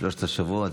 שלושת השבועות.